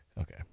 Okay